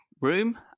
room